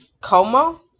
Como